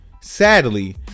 sadly